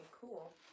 cool